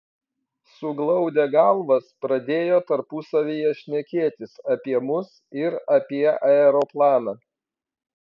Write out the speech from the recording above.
suglaudę galvas pradėjo tarpusavyje šnekėtis apie mus ir apie aeroplaną